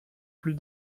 plus